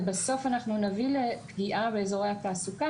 ובסוף אנחנו נביא לפגיעה באיזורי התעסוקה.